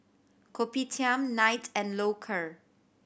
Kopitiam Knight and Loacker